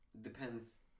depends